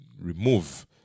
remove